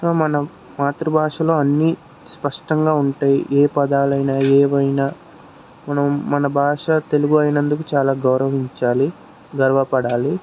so మనం మాతృ భాషలో అన్నీ స్పష్టంగా ఉంటాయి ఏ పదాలు అయినా ఏవైనా మనం మన భాషా తెలుగు అయినందుకు చాలా గౌరవించాలి గర్వపడాలి